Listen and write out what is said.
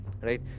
right